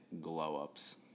glow-ups